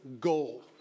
goal